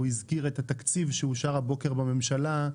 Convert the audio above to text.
הוא הזכיר את התקציב שאושר הבוקר בממשלה.